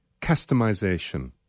customization